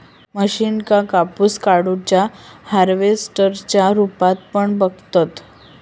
मशीनका कापूस काढुच्या हार्वेस्टर च्या रुपात पण बघतत